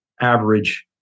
average